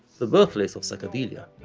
the birthplace of psychedelia.